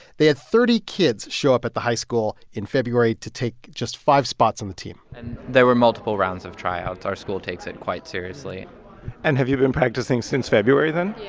they had thirty kids show up at the high school in february to take just five spots on the team and there were multiple rounds of tryouts. our school takes it quite seriously and have you been practicing since february then? yeah.